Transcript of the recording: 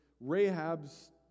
Rahab's